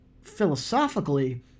philosophically